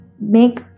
make